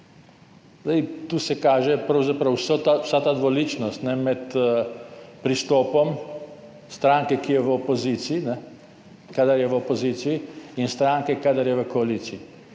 Tu se kaže pravzaprav vsa ta dvoličnost med pristopom stranke, kadar je v opoziciji, in stranke, kadar je v koaliciji,